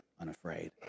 unafraid